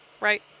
right